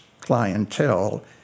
clientele